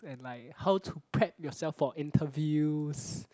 and like how to prep yourself for interviews